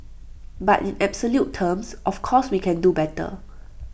but in absolute terms of course we can do better